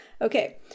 Okay